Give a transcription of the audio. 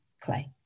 clay